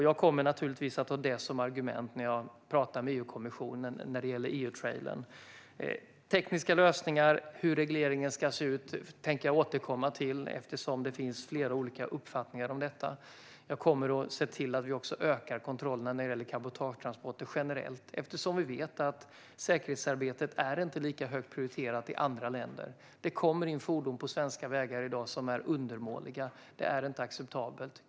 Jag kommer naturligtvis att ha det som argument när jag talar med EU-kommissionen när det gäller EU-trailern. Tekniska lösningar och hur regleringen ska se ut tänker jag återkomma till eftersom det finns flera olika uppfattningar om detta. Jag kommer att se till att vi ökar kontrollerna när det gäller cabotagetransporter generellt eftersom vi vet att säkerhetsarbetet inte är lika högt prioriterat i andra länder. Det kommer in fordon på svenska vägar i dag som är undermåliga. Det är inte acceptabelt.